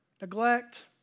neglect